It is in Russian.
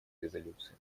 резолюции